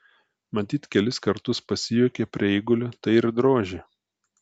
matyt kelis kartus pasijuokė prie eigulio tai ir drožė